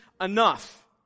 enough